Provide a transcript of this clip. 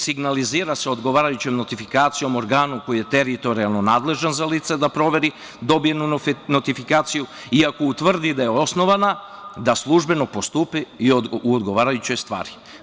Signalizira se odgovarajućom notifikacijom organu koji je teritorijalno nadležan za lica da proveri, dobije notifikaciju, i ako utvrdi da je osnovana, da službeno postupi u odgovarajućoj stvari.